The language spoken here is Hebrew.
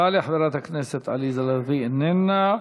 תעלה חברת הכנסת עליזה לביא, איננה.